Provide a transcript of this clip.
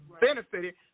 benefited